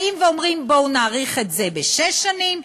באים ואומרים: בואו נאריך את זה בשש שנים,